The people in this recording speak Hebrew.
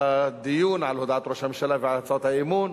בדיון על הודעת ראש הממשלה ועל הצעות האי-אמון,